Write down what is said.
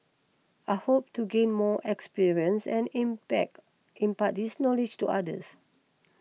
I hope to gain more experience and impart this knowledge to others